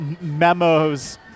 memos